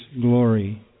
glory